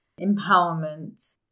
empowerment